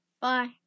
Bye